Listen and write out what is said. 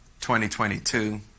2022